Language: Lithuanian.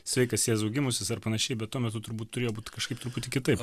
sveikas jėzau gimusis ar panašiai bet tuo metu turbūt turėjo būt kažkaip truputį kitaip